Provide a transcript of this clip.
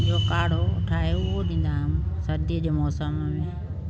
जो काड़ो ठाहे उहो डींदा आहियूं सर्दीअ जे मौसम में